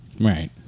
Right